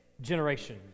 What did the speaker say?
generation